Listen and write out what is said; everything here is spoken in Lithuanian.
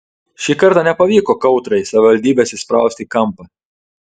šį kartą nepavyko kautrai savivaldybės įsprausti į kampą